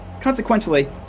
consequently